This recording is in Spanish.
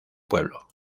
pueblo